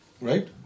right